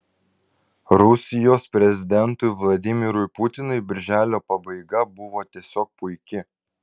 rusijos prezidentui vladimirui putinui birželio pabaiga buvo tiesiog puiki